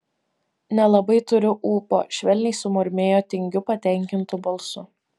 nelabai turiu ūpo švelniai sumurmėjo tingiu patenkintu balsu